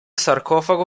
sarcofago